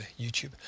YouTube